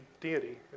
deity